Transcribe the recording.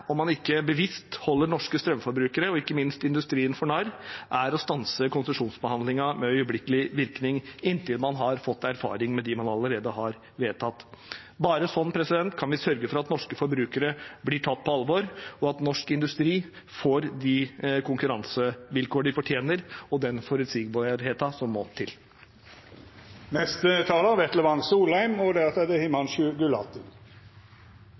om man ikke bevisst holder norske strømforbrukere og ikke minst industrien for narr, er å stanse konsesjonsbehandlingen med øyeblikkelig virkning, inntil man har fått erfaring med dem man allerede har vedtatt. Bare sånn kan vi sørge for at norske forbrukere blir tatt på alvor, og at norsk industri får de konkurransevilkårene den fortjener, og den forutsigbarheten som må til. Jeg er glad for at vi i dag, på denne historiske dagen, kan gi gratulasjoner og hilsninger, for det